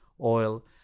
oil